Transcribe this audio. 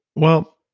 well,